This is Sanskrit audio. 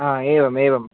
हा एवमेवं